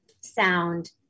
sound